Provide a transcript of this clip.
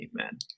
Amen